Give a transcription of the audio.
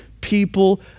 people